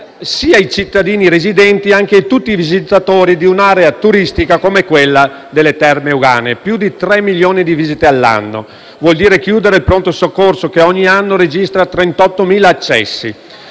sia ai cittadini residenti, sia a tutti i visitatori di un'area turistica come quella delle Terme euganee, con più di 3 milioni di visite all'anno. Vuol dire chiudere il pronto soccorso, che ogni anno registra 38.000 accessi.